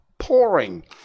Pouring